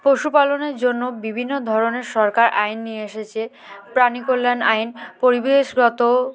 পশুপালনের জন্য বিভিন্ন ধরনের সরকার আইন নিয়ে এসেছে প্রাণী কল্যাণ আইন পরিবেশগত